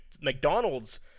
McDonald's